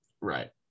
Right